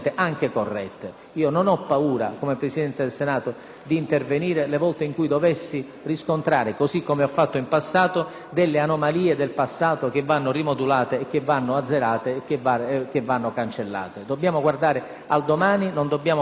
Io non ho paura, come Presidente del Senato, di intervenire tutte le volte in cui dovessi riscontrare, così come ho fatto in passato, delle anomalie che vanno rimodulate, azzerate e cancellate. Dobbiamo guardare al domani, non al passato, non sarà il passato